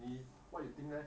你 what you think leh